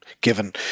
given